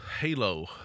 halo